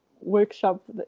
workshop